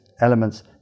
elements